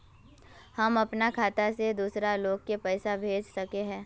हम अपना खाता से दूसरा लोग के पैसा भेज सके हिये?